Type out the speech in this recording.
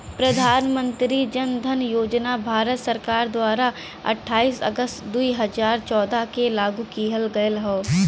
प्रधान मंत्री जन धन योजना भारत सरकार द्वारा अठाईस अगस्त दुई हजार चौदह के लागू किहल गयल हौ